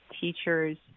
teachers